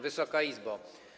Wysoka Izbo!